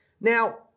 now